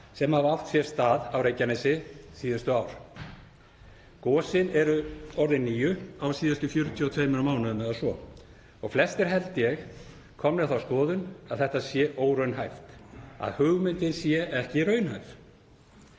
sem hafa átt sér stað á Reykjanesi síðustu ár. Gosin eru orðin níu á síðustu 42 mánuðum eða svo og flestir eru held ég komnir á þá skoðun að þetta sé óraunhæft, að hugmyndin sé ekki raunhæf.